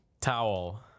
Towel